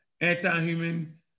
anti-human